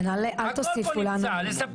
כן, אל תוסיפו לנו דברים.